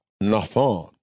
nathan